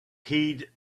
heed